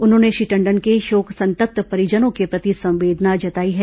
उन्होंने श्री टंडन के शोक संतप्त परिजनों के प्रति संवेदना जताई हैं